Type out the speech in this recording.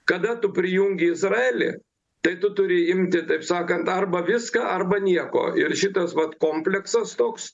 kada tu prijungi izraelį tai tu turi imti taip sakant arba viską arba nieko ir šitas vat kompleksas toks